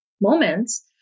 moments